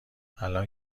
الان